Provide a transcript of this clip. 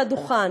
על הדוכן,